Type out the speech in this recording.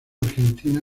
argentina